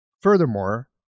Furthermore